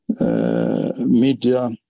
media